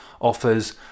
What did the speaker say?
offers